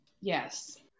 Yes